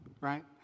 right